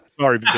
Sorry